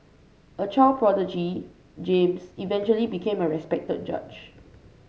a child prodigy James eventually became a respected judge